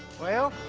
well?